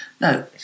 No